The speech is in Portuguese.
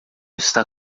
está